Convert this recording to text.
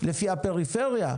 לפי הפריפריה,